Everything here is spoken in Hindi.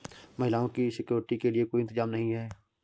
महिलाओं की सिक्योरिटी के लिए कोई इंतजाम नहीं है